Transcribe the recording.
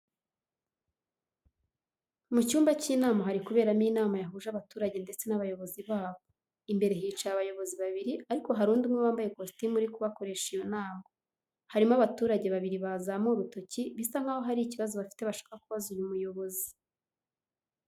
Mu cyumba cy'inama hari kuberamo inama yahuje abaturage ndetse n'abayobozi babo. Imbere hicaye aboyobozi babiri ariko hari undi umwe wambaye kositimu uri kubakoresha iyo nama. Harimo abaturage babiri bazamuye urutoki bisa nkaho hari ikibazo bafite bashaka kubaza uyu muyobozi.